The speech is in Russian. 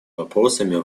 вопросами